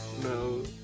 No